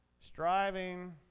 striving